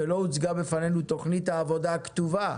ולא הוצגה בפנינו תוכנית העבודה הכתובה,